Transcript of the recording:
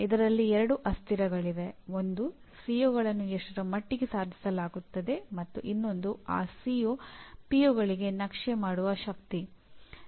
ಇಲ್ಲಿ ಸಾಮಾಜಿಕ ಅಂಶಗಳು ಎಂದರೆ ಕುಟುಂಬಕ್ಕೆ ಸಂಬಂಧಿಸಿದ ವಿಷಯಗಳಾಗಿವೆ